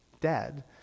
dead